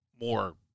more